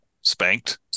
spanked